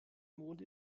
mond